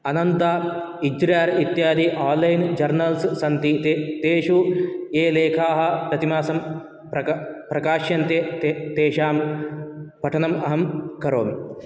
अनन्त इत्र्यर् इत्यादि online journals सन्ति ते तेषु ये लेखाः प्रतिमासं प्रका प्रकाश्यन्ते ते तेषां पठनम् अहं करोमि